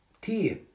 tea